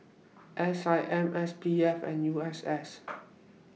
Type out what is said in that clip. S I M S P F and U S S